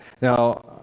Now